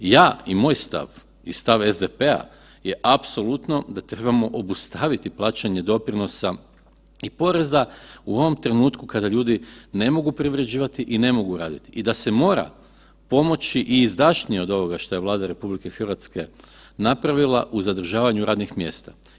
Ja i moj stav i stav SDP-a je apsolutno da trebamo obustaviti plaćanje doprinosa i poreza u ovom trenutku kada ljudi ne mogu privređivati i ne mogu raditi i da se mora pomoći i izdašnije od ovoga što je Vlada RH napravila u zadržavanju radnih mjesta.